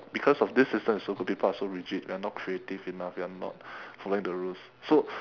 because of this system it's so good people are so rigid we are not creative enough we are not following the rules so